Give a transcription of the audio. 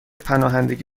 پناهندگی